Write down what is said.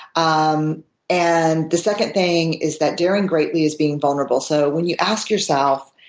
um and the second thing is that daring greatly is being vulnerable. so when you ask yourself,